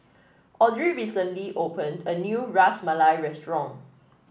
Audry recently opened a new Ras Malai Restaurant